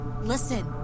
Listen